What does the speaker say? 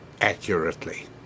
accurately